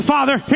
Father